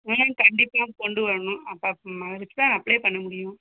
ஆ கண்டிப்பாக கொண்டு வரணும் அப்போ அதை வச்சு தான் அப்ளை பண்ண முடியும்